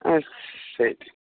হ্যাঁ সে